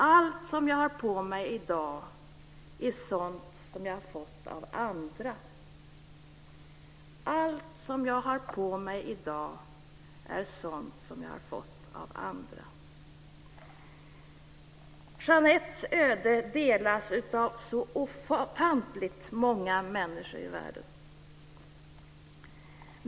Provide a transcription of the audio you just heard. Allt som jag har på mig i dag är sådant som jag har fått av andra. Jeanettes öde delas av så ofantligt många människor i världen.